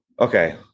okay